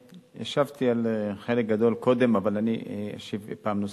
השבתי על חלק גדול קודם, אבל אני אשיב פעם נוספת.